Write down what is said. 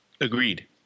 agreed